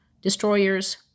destroyers